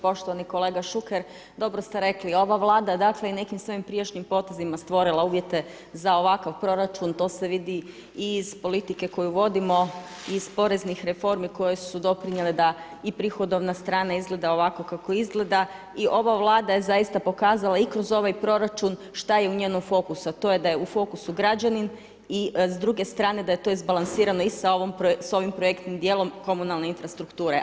Poštovani kolega Šuker, dobro ste rekli, ova Vlada, dakle, i nekim svojim prijašnjim potezima stvorila uvjete za ovakav proračun, to se vidi i iz politike koju vodimo, iz poreznih reformi koje su doprinijele da i prihodovna strana izgleda ovako kako izgleda i ova Vlada je zaista pokazala i kroz ovaj proračun šta je u njenom fokusu, a to je da je u fokusu građanin i s druge strane da je to izbalansirano i s ovim projektnim dijelom komunalne infrastrukture.